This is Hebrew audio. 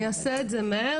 טוב, אני אעשה את זה מהר.